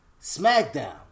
SmackDown